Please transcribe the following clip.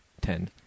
ten